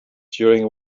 during